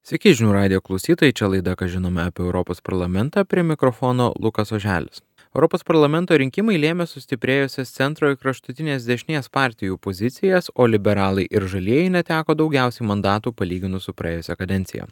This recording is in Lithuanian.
sveiki žinių radijo klausytojai čia laida ką žinome apie europos parlamentą prie mikrofono lukas oželis europos parlamento rinkimai lėmė sustiprėjusias centro kraštutinės dešinės partijų pozicijas o liberalai ir žalieji neteko daugiausiai mandatų palyginus su praėjusia kadencija